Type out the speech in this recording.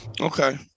okay